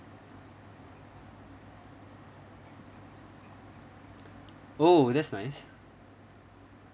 !whoa! that's nice